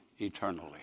eternally